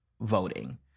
voting